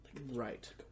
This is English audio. Right